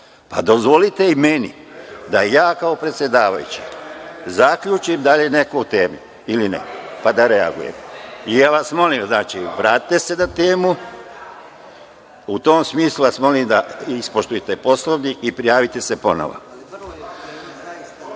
Dozvolite i meni da ja kao predsedavajući zaključim da li je neko u temi ili ne, pa da reagujem. Molim vas, vratite se na temu. U tom smislu, molim vas da ispoštujete Poslovnik i prijavite se ponovo.